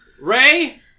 Ray